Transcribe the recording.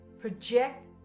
Project